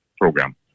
program